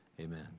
amen